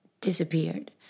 disappeared